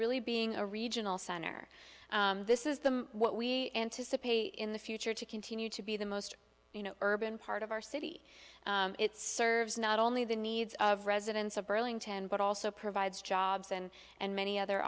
really being a regional center this is the what we anticipate in the future to continue to be the most you know urban part of our city it serves not only the needs of residents of burlington but also provides jobs and and many other